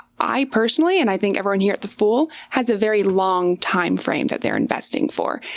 i personally, and i think everyone here at the fool, has a very long timeframe that they're investing for.